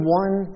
one